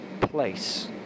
place